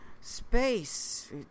Space